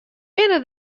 binne